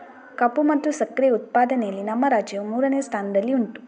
ಕಬ್ಬು ಮತ್ತೆ ಸಕ್ಕರೆ ಉತ್ಪಾದನೆಯಲ್ಲಿ ನಮ್ಮ ರಾಜ್ಯವು ಮೂರನೇ ಸ್ಥಾನದಲ್ಲಿ ಉಂಟು